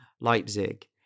Leipzig